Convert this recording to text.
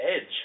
Edge